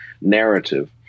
narrative